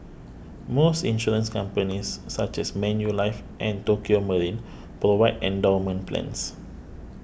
most insurance companies such as Manulife and Tokio Marine provide endowment plans